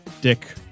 Dick